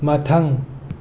ꯃꯊꯪ